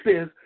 says